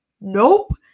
nope